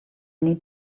need